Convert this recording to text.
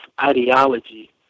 ideology